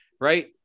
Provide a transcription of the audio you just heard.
right